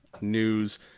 news